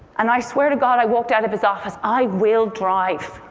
and i swear to god, i walked out of his office, i will drive.